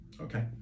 okay